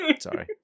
Sorry